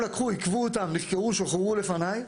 לקחו אותם, הם נחקרו ושוחררו לפניי.